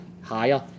higher